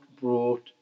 brought